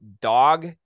dog